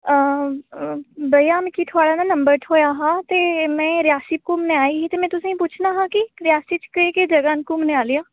भैया मिकी थोआड़ा नंबर थ्होआ हा ते में रियासी घुम्मने आई ही ते में तुसेंगी पुच्छना हा कि रियासी च केह् केह् जगह न घुम्मने आह्लियां